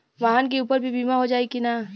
वाहन के ऊपर भी बीमा हो जाई की ना?